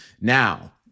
Now